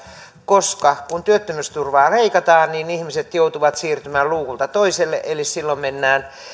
koska kun työttömyysturvaa leikataan ihmiset joutuvat siirtymään luukulta toiselle eli silloin